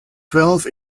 twelve